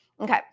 okay